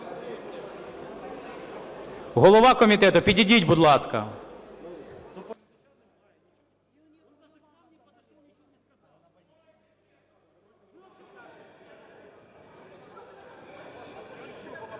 Голова комітету підійдіть, будь ласка.